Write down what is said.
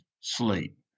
sleep